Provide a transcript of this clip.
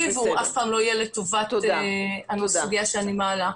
והוא אף פעם לא יהיה לטובת הסוגיה שאני מעלה.